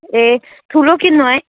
ए ठुलो किन्नु है